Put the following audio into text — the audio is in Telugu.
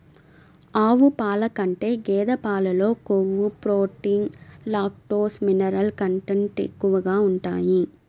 ఆవు పాల కంటే గేదె పాలలో కొవ్వు, ప్రోటీన్, లాక్టోస్, మినరల్ కంటెంట్ ఎక్కువగా ఉంటాయి